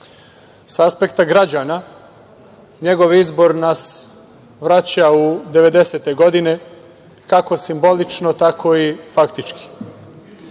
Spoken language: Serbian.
Sa aspekta građana, njegov izbor nas vraća u devedesete godine, kako simbolično, tako i faktički,